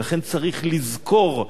לכן צריך לזכור,